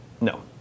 No